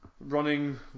running